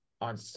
on